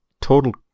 total